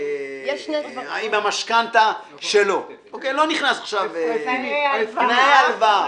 והמשכנתה שלו, תנאי ההלוואה.